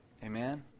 Amen